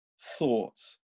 thoughts